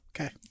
Okay